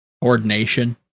coordination